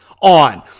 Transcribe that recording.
on